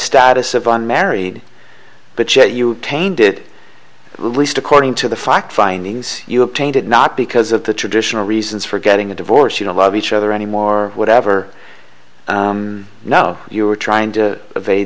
status of on married but yet you tainted least according to the fact findings you obtained it not because of the traditional reasons for getting a divorce you don't love each other anymore whatever i know you are trying to